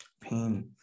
pain